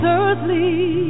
earthly